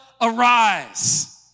arise